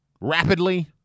rapidly